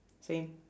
same